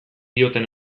dioten